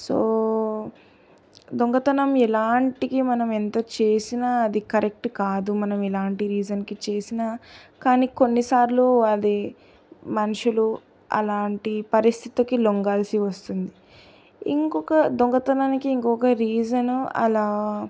so దొంగతనం ఎలాంటికి మనం ఎంత చేసినా అది కరెక్ట్ కాదు మనం ఎలాంటి రీసన్కి చేసిన కానీ కొన్ని సార్లు అది మనుషులు అలాంటి పరిస్థితికి లొంగాల్సి వస్తుంది ఇంకొక దొంగతనానికి ఇంకొక రీసన్ అలా